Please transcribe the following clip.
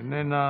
איננה.